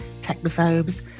technophobes